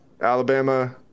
Alabama